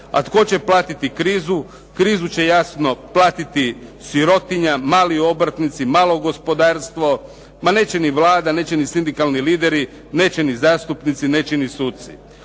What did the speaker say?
A tko će platiti krizu? Krizu će jasno platiti sirotinja, mali obrtnici, malo gospodarstvo, ma neće ni Vlada, ni sindikalni lideri, neće ni zastupnici, neće ni suci.